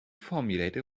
formulate